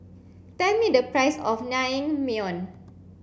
tell me the price of Naengmyeon